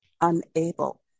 unable